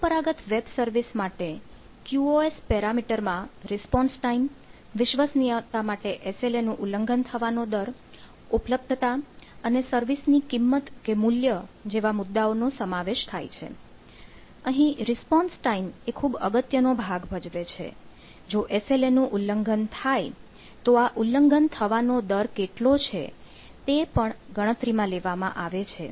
પરંપરાગત web service માટે QoS parameter માં રિસ્પોન્સ ટાઈમ નું ઉલ્લંઘન થાય છે તો આ ઉલ્લંઘન થવાનો દર કેટલો છે તે પણ ગણતરીમાં લેવામાં આવે છે